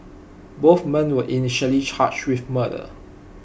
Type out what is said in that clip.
both men were initially charged with murder